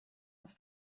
uns